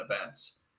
events